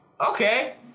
Okay